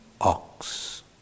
ox